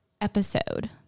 episode